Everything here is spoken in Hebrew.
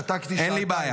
שתקתי שעתיים.